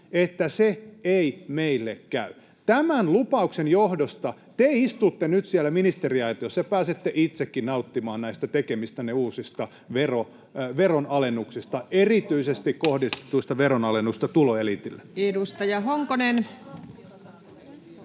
että se ei teille käy? Tämän lupauksen johdosta te istutte nyt siellä ministeriaitiossa ja pääsette itsekin nauttimaan näistä tekemistänne uusista veronalennuksista, erityisesti kohdistetuista veronalennuksista tuloeliitille. [Eduskunnasta: